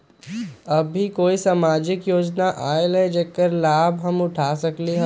अभी कोई सामाजिक योजना आयल है जेकर लाभ हम उठा सकली ह?